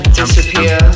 disappear